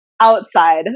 outside